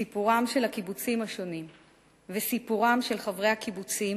סיפורם של הקיבוצים השונים וסיפורם של חברי הקיבוצים